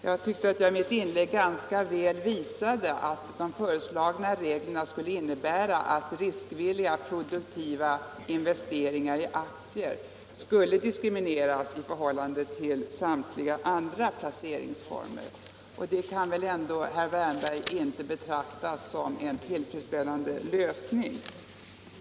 Jag tyckte att jag i mitt inlägg ganska väl visade att de föreslagna reglerna skulle innebära att riskvilliga produktiva investeringar i aktier skulle diskrimineras i förhållande till samtliga andra placeringsformer. Det kan väl herr Wärnberg ändå inte betrakta som en tillfredsställande lösning.